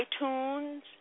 iTunes